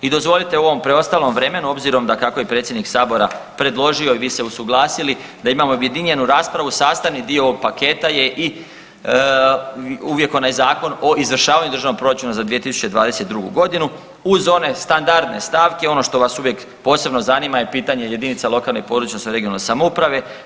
I dozvolite u ovom preostalom vremenu obzirom da kako je predsjednik sabora predložio i vi se usuglasili da imamo objedinjenu raspravu, sastavni dio ovog paketa je i uvijek onaj Zakon o izvršavanju državnog proračuna za 2022. godinu uz one standardne stavke ono što vas uvijek posebno zanima je pitanje jedinica lokalne i područne odnosno regionalne samouprave.